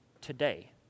today